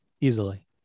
easily